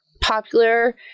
popular